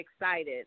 excited